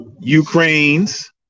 Ukraine's